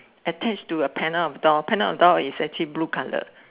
attached to a panel of door panel of door is actually blue colour